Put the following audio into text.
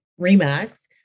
REMAX